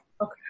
Okay